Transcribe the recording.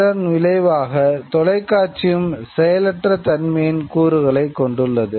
அதன் விளைவாக தொலைக்காட்சியும் செயலற்ற தன்மையின் கூறுகளைக் கொண்டுள்ளது